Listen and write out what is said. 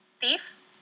Thief